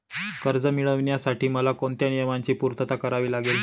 कर्ज मिळविण्यासाठी मला कोणत्या नियमांची पूर्तता करावी लागेल?